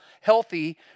healthy